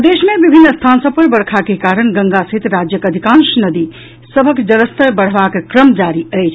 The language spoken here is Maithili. प्रदेश मे विभिन्न स्थान सभ पर वर्षा के कारण गंगा सहित राज्यक अधिकांश नदी सभक जलस्तर बढ़बाक क्रम जारी अछि